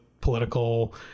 political